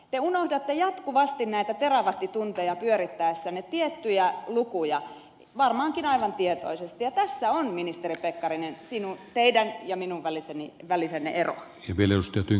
te unohdatte jatkuvasti näitä terawattitunteja pyörittäessänne tiettyjä lukuja varmaankin aivan tietoisesti ja tässä on ministeri pekkarinen teidän ja minun välinen ero